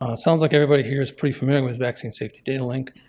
sounds like everybody here is pretty familiar with vaccine safety data link,